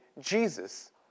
Jesus